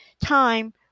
time